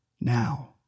now